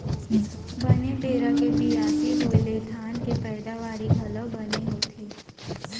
बने बेरा के बियासी होय ले धान के पैदावारी घलौ बने होथे